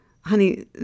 honey